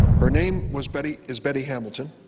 her name was betty is betty hamilton,